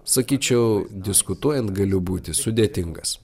sakyčiau diskutuojant galiu būti sudėtingas